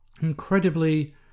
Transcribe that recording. incredibly